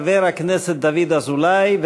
חבר הכנסת דוד אזולאי,